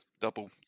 Double